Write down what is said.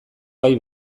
bai